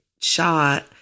shot